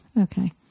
Okay